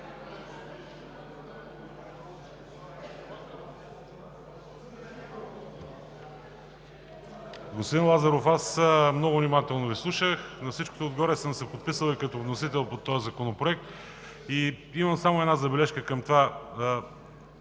Господин Лазаров, много внимателно Ви слушах. На всичкото отгоре съм се подписал и като вносител под този законопроект. Имам само една забележка.